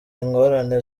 ingorane